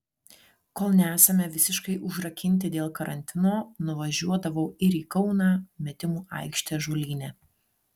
kol nesame visiškai užrakinti dėl karantino nuvažiuodavau ir į kauną metimų aikštę ąžuolyne